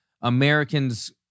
Americans